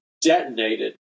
detonated